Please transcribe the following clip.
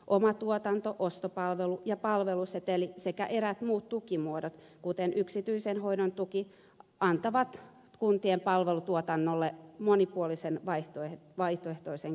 oma tuotanto ostopalvelu ja palveluseteli sekä eräät muut tukimuodot kuten yksityisen hoidon tuki antavat kuntien palvelutuotannolle monipuolisen vaihtoehtoisen kentän